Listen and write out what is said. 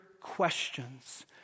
questions